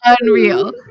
unreal